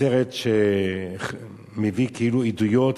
הסרט כאילו מביא עדויות,